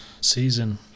season